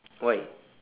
why